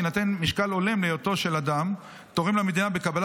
יינתן משקל הולם להיותו של אדם תורם למדינה בקבלה